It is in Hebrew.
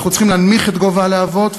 אנחנו צריכים להנמיך את גובה הלהבות,